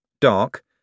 Dark